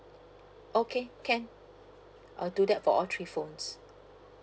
okay can I'll do that for all three phones